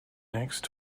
next